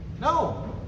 no